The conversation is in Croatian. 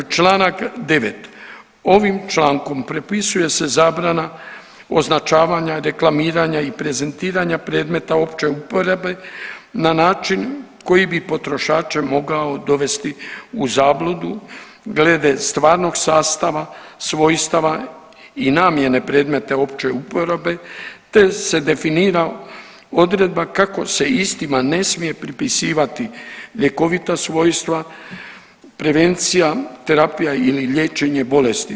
Čl. 9., ovi člankom propisuje se zabrana označavanja, reklamiranja i prezentiranja predmeta opće uporabe na način koji bi potrošače mogao dovesti u zabludu glede stvarnog sastava, svojstava i namjene premeta opće uporabe, te se definira odredba kako se istima ne smije pripisivati ljekovita svojstva, prevencija, terapija ili liječenje bolesti.